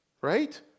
Right